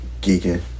geeking